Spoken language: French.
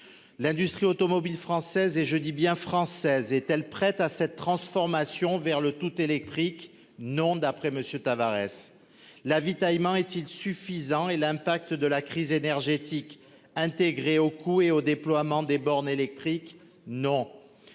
L'industrie automobile française, et je dis bien française est-elle prête à cette transformation vers le tout électrique. Non, d'après Monsieur Tavarès l'avitaillement est-il suffisant et l'impact de la crise énergétique intégrée au cou et au déploiement des bornes électriques non.